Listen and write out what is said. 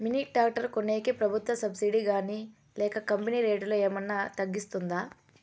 Mini tractor కొనేకి ప్రభుత్వ subsidy గాని లేక కంపెని రేటులో ఏమన్నా తగ్గిస్తుందా?